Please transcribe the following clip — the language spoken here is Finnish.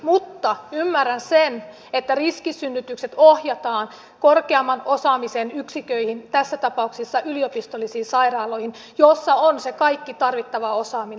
mutta ymmärrän sen että riskisynnytykset ohjataan korkeamman osaamisen yksiköihin tässä tapauksessa yliopistollisiin sairaaloihin joissa on se kaikki tarvittava osaaminen